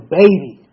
baby